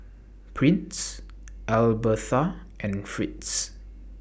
Prince Albertha and Fritz